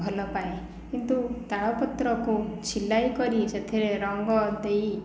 ଭଲ ପାଏ କିନ୍ତୁ ତାଳପତ୍ର କୁ ଛେଲାଇ କରି ସେଥିରେ ରଙ୍ଗ ଦେଇ